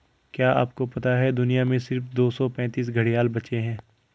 क्या आपको पता है दुनिया में सिर्फ दो सौ पैंतीस घड़ियाल बचे है?